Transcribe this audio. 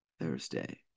Thursday